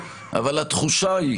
אבל התחושה היא